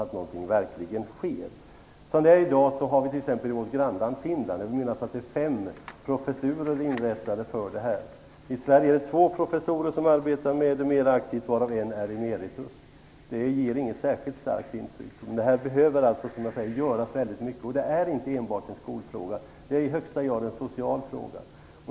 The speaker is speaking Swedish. Det är inte dyslektikerna betjänta av. I t.ex. vårt grannland Finland vill jag minnas att det är fem professurer inrättade för dyslexi. I Sverige är det två professorer som arbetar med detta mer aktivt, varav en är emeritus. Det ger inget särskilt starkt intryck. Här behöver, som jag säger, göras väldigt mycket, och det är inte enbart en skolfråga. Det är i högsta grad en social fråga.